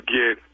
get